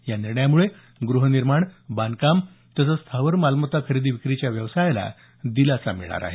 या निर्णयामुळे ग्रहनिर्माण बांधकाम तसंच स्थावर मालमत्ता खरेदी विक्रीच्या व्यवसायाला दिलास मिळणार आहे